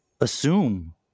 assume